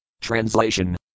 Translation